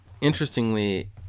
interestingly